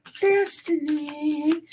Destiny